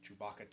Chewbacca